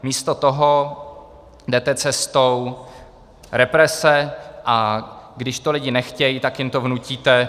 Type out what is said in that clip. Místo toho jdete cestou represe, a když to lidi nechtějí, tak jim to vnutíte.